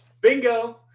Bingo